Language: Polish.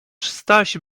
staś